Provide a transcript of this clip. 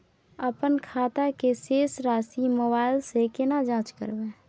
अपन खाता के शेस राशि मोबाइल से केना जाँच करबै?